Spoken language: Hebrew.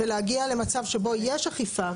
ולהגיע למצב שבו יש אכיפה.